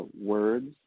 words